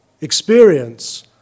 experience